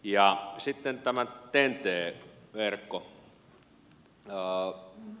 ja sitten tämä ten t verkko